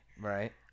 Right